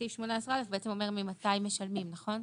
וסעיף 18א אומר, בעצם, ממתי משלמים את